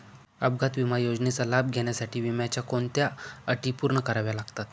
अपघात विमा योजनेचा लाभ घेण्यासाठी विम्याच्या कोणत्या अटी पूर्ण कराव्या लागतात?